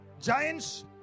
Giants